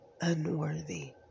unworthy